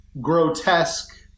grotesque